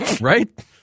Right